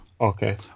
Okay